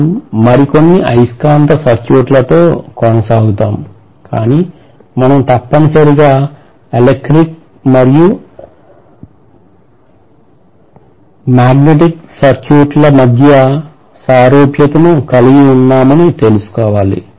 మనం మరికొన్ని అయస్కాంత సర్క్యూట్లతో కొనసాగుతాము కాని మనం తప్పనిసరిగా ఎలక్ట్రిక్ మరియు మాగ్నెటిక్ సర్క్యూట్ల మధ్య సారూప్యతను కలిగి ఉన్నాయని తెలుసుకోవాలి